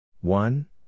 One